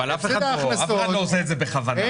אבל אף אחד לא עושה את זה בכוונה.